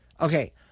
Okay